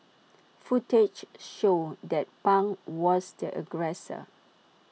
footage showed that pang was the aggressor